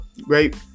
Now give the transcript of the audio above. Great